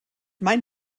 mein